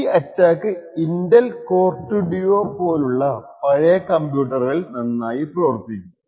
ഈ attack Intel core 2 Duo പോലുള്ള പഴയ കംപ്യൂട്ടറുകളിൽ നന്നായി പ്രവർത്തിക്കും